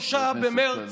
ב-23 במרץ,